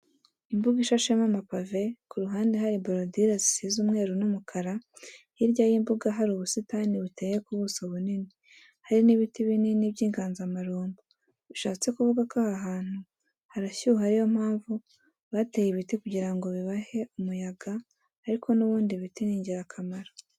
Imbuga ishashemo amapave, ku ruhande hari borodire zisize umweru n'umukara hirya y'imbuga hari ubusitani buteye ku buso bunini, hari n'ibiti binini by'inganzamarumbo. Bishatse kuvuga ko aha hantu harashyuha ariyo mpamvu bateye ibiti kugira ngo bibahe umuyaga ariko n'ubundi ibiti n'ingirakamaro.